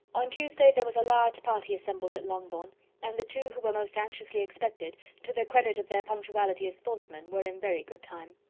on tuesday there was a large party assembled at longbourn and the two who were most anxiously expected, to the credit of their punctuality as sportsmen, were in very good time.